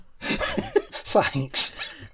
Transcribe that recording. Thanks